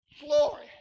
Glory